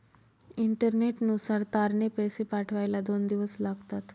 इंटरनेटनुसार तारने पैसे पाठवायला दोन दिवस लागतात